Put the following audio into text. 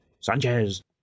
Sanchez